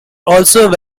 also